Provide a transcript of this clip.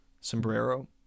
Sombrero